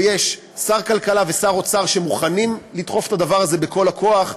ויש שר כלכלה ושר אוצר שמוכנים לדחוף את הדבר הזה בכל הכוח,